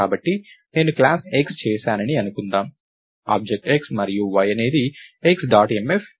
కాబట్టి నేను class X చేశానని అనుకుందాం ఆబ్జెక్ట్ x మరియు y అనేది x డాట్ mf